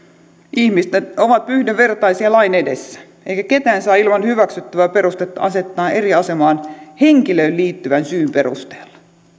että ihmiset ovat yhdenvertaisia lain edessä eikä ketään saa ilman hyväksyttävää perustetta asettaa eri asemaan henkilöön liittyvän syyn perusteella